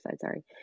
sorry